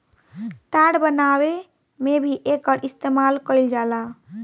तार बनावे में भी एकर इस्तमाल कईल जाला